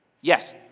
Yes